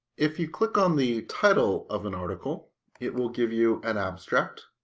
if you click on the title of an article it will give you an abstract.